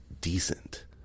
decent